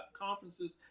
conferences